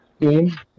team